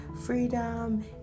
freedom